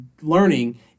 learning